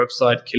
website